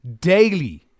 Daily